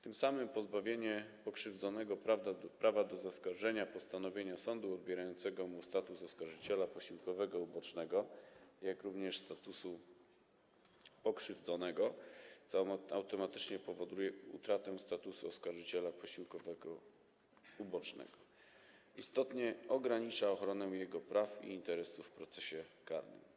Tym samym pozbawienie pokrzywdzonego prawa do zaskarżenia postanowienia sądu odbierającego mu status oskarżyciela posiłkowego ubocznego, jak również status pokrzywdzonego, co automatycznie powoduje utratę statusu oskarżyciela posiłkowego ubocznego, istotnie ogranicza ochronę jego praw i interesów w procesie karnym.